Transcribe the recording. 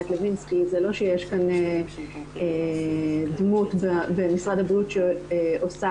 זה לא שיש כאן דמות במשרד הבריאות שעושה